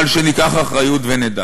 אבל שניקח אחריות ונדע